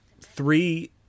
three